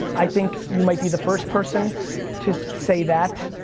i think you might be the first person to say that,